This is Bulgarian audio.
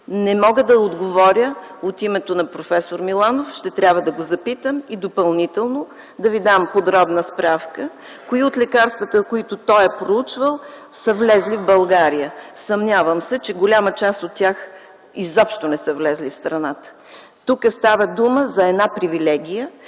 Не мога да отговоря от името на проф. Миланов, ще трябва да го запитам и допълнително да Ви дам подробна справка кои от лекарствата, които той е проучвал, са влезли в България. Съмнявам се, че голяма част от тях изобщо не са влезли в страната. Тук става дума за една привилегия,